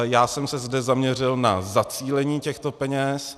Já jsem se zde zaměřil na zacílení těchto peněz.